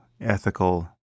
ethical